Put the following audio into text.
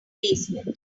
basement